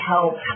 help